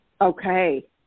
Okay